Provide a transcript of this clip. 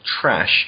Trash